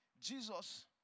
Jesus